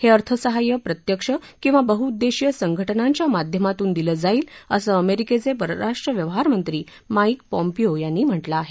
हे अर्थसहाय्य प्रत्यक्ष किवा बहूढेदेशीय संघटनांच्या माध्यमातुन दिलं जाईल असं अमेरिकेचे परराष्ट्र व्यवहारमंत्री माइक पॅम्पियों यांनी म्हटलं आहे